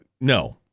No